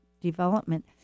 development